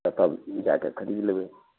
तब जाके खरीद लेबै